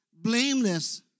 Blameless